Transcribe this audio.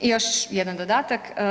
I još jedan dodatak.